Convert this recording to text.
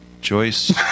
Joyce